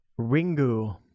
Ringu